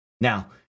Now